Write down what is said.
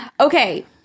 Okay